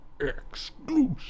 Exclusive